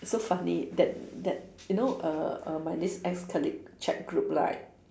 so funny that that you know err err my this ex colleague chat group right